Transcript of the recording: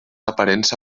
aparença